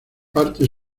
parte